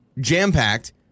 jam-packed